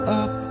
up